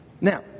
Now